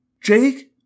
Jake